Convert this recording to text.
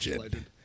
Legend